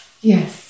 Yes